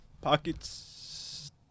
Pockets